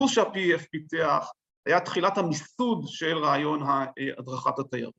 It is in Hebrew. ‫כמו שהפי-אי-אף פיתח, היה תחילת ‫המיסוד של רעיון הדרכת התיירות.